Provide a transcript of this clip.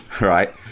Right